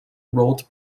road